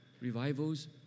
Revivals